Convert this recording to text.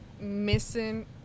missing